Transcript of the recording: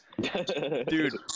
Dude